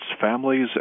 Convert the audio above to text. families